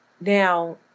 Now